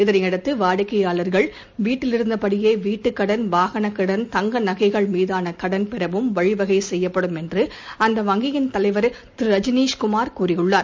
இதனையடுத்துவாடிக்கையாளர்கள் வீட்டிலிருந்தபடியேவீட்டுக் கடன் வாகனகடன் தங்கநகைகள் மீதானகடன் பெறவும் வழிவகைசெய்யப்படும் என்றுஅந்த வங்கியின் தலைவர் திருரஜினீஷ் குமார் கூறியுள்ளார்